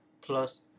plus